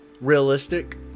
realistic